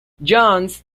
jones